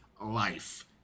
life